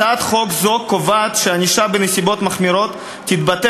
הצעת חוק זו קובעת שהענישה בנסיבות מחמירות תתבטא